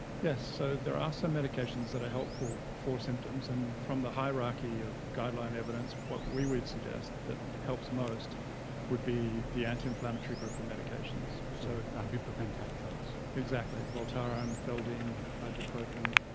yes, so there are some medications that are helpful for symptoms. and from the hierarchy of guideline evidence, what we would suggest that helps most would be the anti-inflammatory group of medications. so ibuprofen type drugs? exactly voltaren, feldene, ibuprofen.